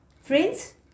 Friends